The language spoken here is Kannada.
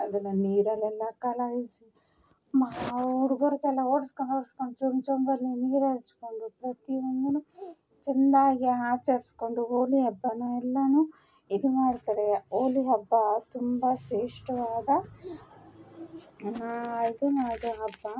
ಅದನ್ನು ನೀರಲ್ಲೆಲ್ಲ ಕಲಸಿ ಮಾಡಿ ಹುಡುಗರಿಗೆಲ್ಲ ಓಡಿಸ್ಕೊಂಡು ಓಡಿಸ್ಕೊಂಡು ಚೊಂಬು ಚೊಂಬಲ್ಲಿ ನೀರು ಎರಚ್ಕೊಂಡು ಪ್ರತಿಯೊಂದನ್ನು ಚೆನ್ನಾಗಿ ಆಚರಿಸಿಕೊಂಡು ಹೋಳಿ ಹಬ್ಬನ ಎಲ್ಲಾ ಇದುಮಾಡ್ತರೆ ಹೋಳಿ ಹಬ್ಬ ತುಂಬ ಶ್ರೇಷ್ಠವಾದ ಇದು ನಾಡ ಹಬ್ಬ